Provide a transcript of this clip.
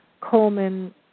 Coleman